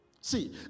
See